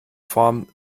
form